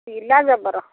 ପିଲା ଜବର